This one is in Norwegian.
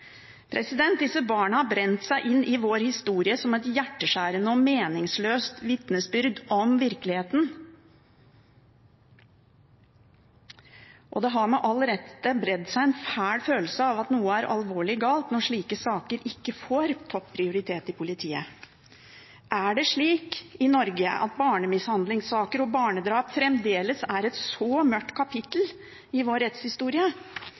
Disse barna har brent seg inn i vår historie som et hjerteskjærende og meningsløst vitnesbyrd om virkeligheten, og det har med all rett bredt seg en fæl følelse av at noe er alvorlig galt når slike saker ikke får topp prioritet i politiet. Er det slik i Norge at barnemishandlingssaker og barnedrap fremdeles er et så mørkt kapittel i vår rettshistorie?